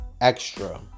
extra